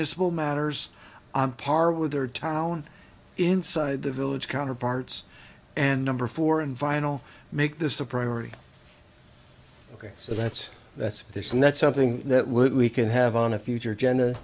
municipal matters on par with their town inside the village counterparts and number four in vinyl make this a priority ok so that's that's this and that's something that would we can have on a future gen